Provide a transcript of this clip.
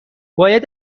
باید